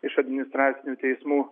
iš administracinių teismų